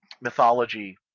mythology